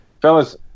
fellas